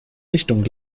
richtungen